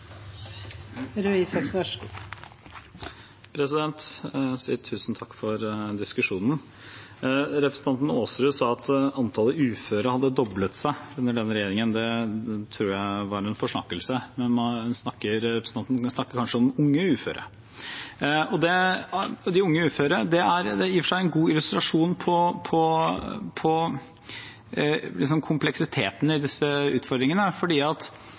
for diskusjonen. Representanten Aasrud sa at antallet uføre hadde doblet seg under denne regjeringen. Det tror jeg var en forsnakkelse. Hun snakker kanskje om unge uføre. De unge uføre er i og for seg en god illustrasjon på kompleksiteten i disse utfordringene. For det er ikke noen tvil om at